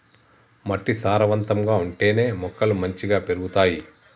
మట్టి సారవంతంగా ఉంటేనే మొక్కలు మంచిగ పెరుగుతాయి